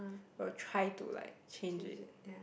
we'll try to like change it